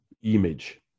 image